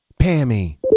Pammy